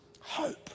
Hope